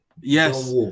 Yes